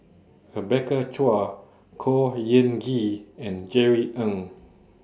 Rebecca Chua Khor Ean Ghee and Jerry Ng